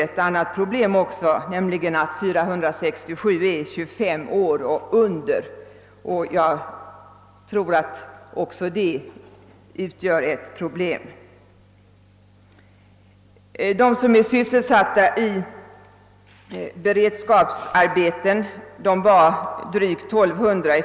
Ett annat problem är att 467 personer är 25 år eller därunder. I februari i år var antalet sysselsatta i beredskapsarbeten drygt 1200.